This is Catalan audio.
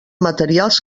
materials